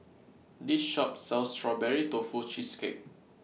This Shop sells Strawberry Tofu Cheesecake